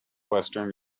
western